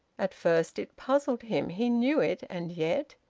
at first it puzzled him. he knew it, and yet!